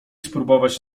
spróbować